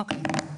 אוקיי.